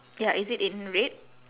ya is it in red